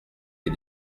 les